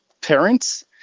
parents